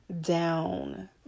down